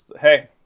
Hey